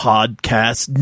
Podcast